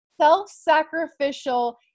self-sacrificial